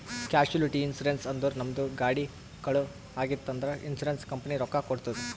casualty insurance ಅಂದುರ್ ನಮ್ದು ಗಾಡಿ ಕಳು ಆಗಿತ್ತ್ ಅಂದ್ರ ಇನ್ಸೂರೆನ್ಸ್ ಕಂಪನಿ ರೊಕ್ಕಾ ಕೊಡ್ತುದ್